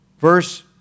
verse